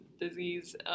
disease